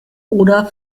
oder